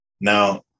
Now